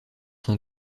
son